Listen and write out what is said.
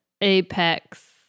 apex